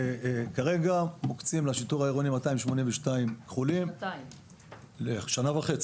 כרגע מוקצים לשיטור העירוני 282 כחולים בשנה וחצי,